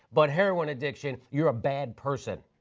but heroin addiction you are a bad person.